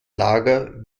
lager